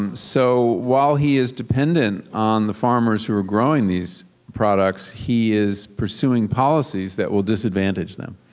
um so while he is dependent on the farmers who are growing these products, he is pursuing policies that will disadvantage them.